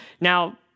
Now